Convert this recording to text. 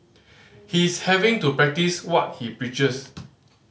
he's having to practice what he preaches